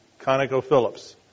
ConocoPhillips